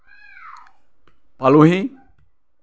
পালোহি